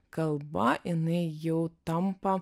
kalba jinai jau tampa